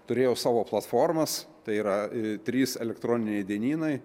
turėjo savo platformas tai yra trys elektroniniai dienynai